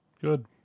Good